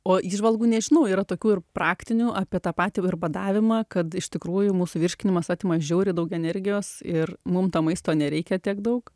o įžvalgų nežinau yra tokių ir praktinių apie tą patį ir badavimą kad iš tikrųjų mūsų virškinimas atima žiauriai daug energijos ir mum to maisto nereikia tiek daug